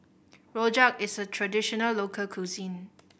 rojak is a traditional local cuisine